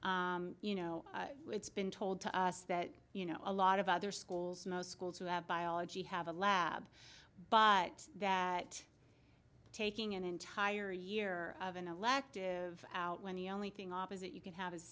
that you know it's been told to us that you know a lot of other schools most schools who have biology have a lab but that taking an entire year of an elective out when the only thing opposite you can have is